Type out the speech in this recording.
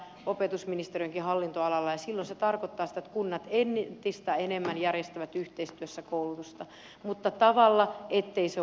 silloin se tarkoittaa sitä että kunnat entistä enemmän järjestävät yhteistyössä koulutusta mutta sillä tavalla ettei se ole pois nuorilta